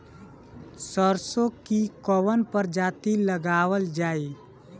सरसो की कवन प्रजाति लगावल जाई?